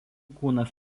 kūnas